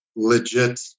legit